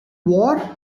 war